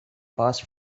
passed